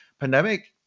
pandemic